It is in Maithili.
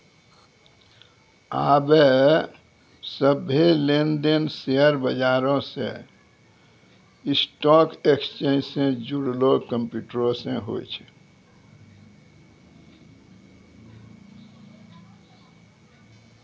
आबे सभ्भे लेन देन शेयर बजारो मे स्टॉक एक्सचेंज से जुड़लो कंप्यूटरो से होय छै